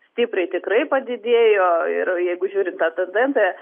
stipriai tikrai padidėjo ir jeigu žiūrint tą tendenciją